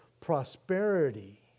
prosperity